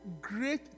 great